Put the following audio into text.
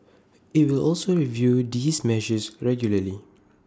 IT will also review these measures regularly